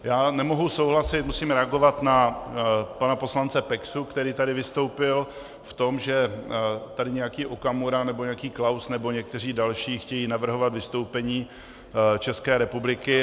Já nemohu souhlasit, musím reagovat na pana poslance Peksu, který tady vystoupil v tom, že tady nějaký Okamura nebo nějaký Klaus nebo někteří další chtějí navrhovat vystoupení České republiky.